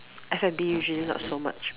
F_N_B usually not so much mm